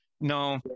No